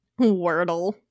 Wordle